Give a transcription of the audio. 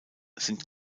sind